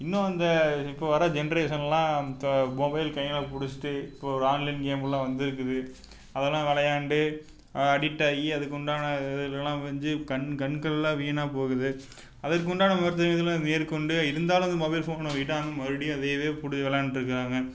இன்னும் அந்த இப்போது வர்ற ஜெண்ட்ரேஷன்லாம் இப்போ மொபைல் கையில் பிடிச்சிட்டு இப்போது ஒரு ஆன்லைன் கேம் எல்லாம் வந்துருக்குது அதெல்லாம் விளையாண்டு அடிக்ட் ஆகி அதுக்கு உண்டான கண் கண்கள்லாம் வீணாக போகுது அதுக்கு உண்டான மேற்கொண்டு இருந்தாலும் வந்து மொபைல் ஃபோனை விடாமல் மறுபடியும் அதையவே புடு விளயாண்டுட்டு இருக்கிறாங்க